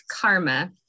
Karma